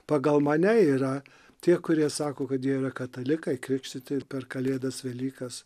pagal mane yra tie kurie sako kad jie yra katalikai krikštyti ir per kalėdas velykas